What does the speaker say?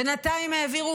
בינתיים העבירו